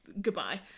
goodbye